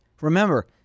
Remember